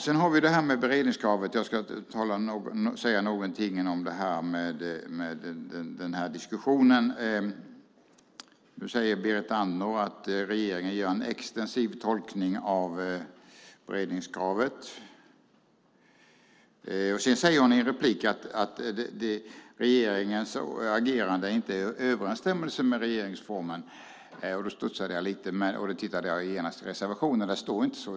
Sedan har vi det här med beredningskravet, och jag ska säga något om den diskussionen. Nu säger Berit Andnor att regeringen gör en extensiv tolkning av beredningskravet. I en replik sade hon att regeringens agerande inte är i överensstämmelse med regeringsformen. Då studsade jag lite och tittade genast i reservationen, och där står det inte så.